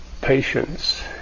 Patience